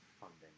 funding